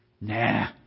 nah